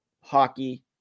hockey